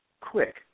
quick